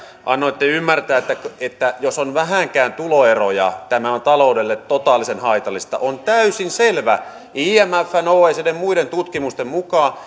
annoitte ymmärtää että että jos on vähänkään tuloeroja tämä on taloudelle totaalisen haitallista on täysin selvä imfn oecdn muiden tutkimusten mukaan